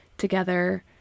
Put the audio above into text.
together